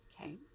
Okay